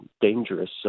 dangerous